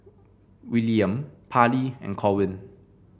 Willaim Parlee and Corwin